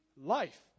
life